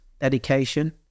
dedication